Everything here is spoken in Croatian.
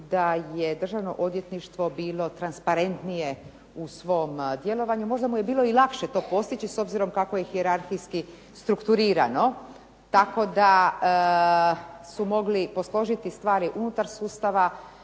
da je državno odvjetništvo bilo transparentnije u svom djelovanju, možda mu je bilo lakše to postići s obzirom kako je to strukturirano, tako da su mogli posložiti stvari unutar sustava,